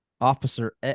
Officer